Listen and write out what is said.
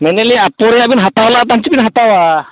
ᱢᱮᱱᱮᱜ ᱟᱹᱞᱤᱧ ᱳᱯᱳ ᱨᱮᱭᱟᱜ ᱵᱤᱱ ᱦᱟᱛᱟᱣ ᱞᱟᱜ ᱪᱮᱫ ᱵᱤᱱ ᱦᱟᱛᱟᱣᱟ